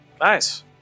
Nice